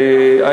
לא נורא.